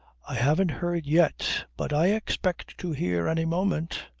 i haven't heard yet but i expect to hear any moment.